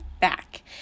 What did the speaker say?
back